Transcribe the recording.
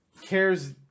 cares